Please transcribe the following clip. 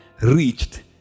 reached